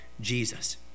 Jesus